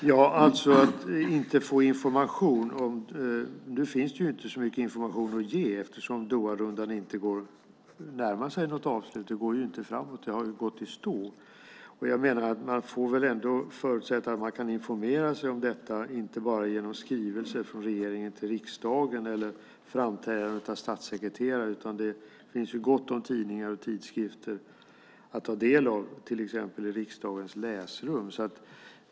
Herr talman! Det finns inte så mycket information att ge eftersom Doharundan inte närmar sig något avslut. Det går inte framåt; det har gått i stå. Jag menar att man kan informera sig om detta inte bara genom skrivelser från regering till riksdag eller genom framträdanden av statssekreterare, utan det finns gott om tidningar och tidskrifter att ta del av till exempel i riksdagens läsrum.